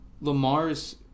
Lamar's